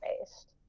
based